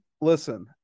Listen